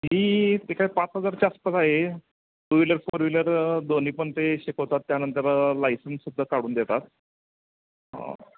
fee ते काय पाच हजारच्या आसपास आहे टू व्हिलर फोर व्हिलर दोन्ही पण ते शिकवतात त्यानंतर लायसन्ससुद्धा काढून देतात